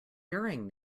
during